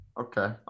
Okay